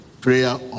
prayer